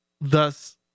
thus